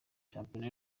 shampiona